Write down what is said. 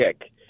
kick